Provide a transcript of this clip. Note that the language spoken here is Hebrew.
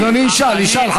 אדוני ישאל, ישאל.